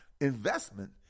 investment